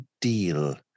deal